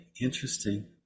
interesting